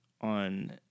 on